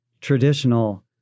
traditional